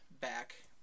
back